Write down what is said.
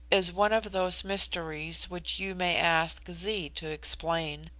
is one of those mysteries which you may ask zee to explain,